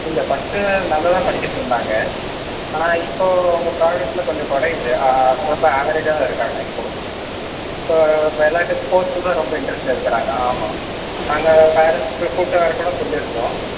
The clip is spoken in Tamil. இல்லை ஃபர்ஸ்ட்டு நல்லா தான் படிச்சிட்டு இருந்தாங்க ஆனால் இப்போ உங்கள் ப்ராகிரஸில் கொஞ்சம் குறையுது ரொம்ப அவ்ரேஜ்ஜாக இருக்காங்க இப்போ இப்போ விளாட்டு ஸ்போர்ட்ஸில் தான் ரொம்ப இன்ட்ரெஸ்ட்டு இருக்குறாங்க ஆமாம் நாங்கள் பேரெண்ட்ஸு கூப்பிட்டு வர கூட சொல்லிருந்தோம்